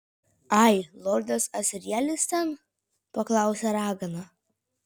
ai lordas asrielis ten paklausė ragana